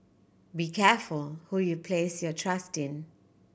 be careful who you place your trust in